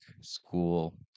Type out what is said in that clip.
school